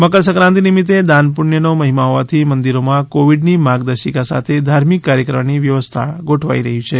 મકરસંક્રાંતિ નિમિત્તે દાન પુણ્યનો પણ મહિમા હોવાથી મંદિરોમાં કોવિડની માર્ગદર્શિકા સાથે ધાર્મિક કાર્ય કરવાની વ્યવસ્થા ગોઠવાઈ રહી છે